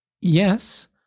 Yes